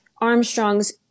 Armstrong's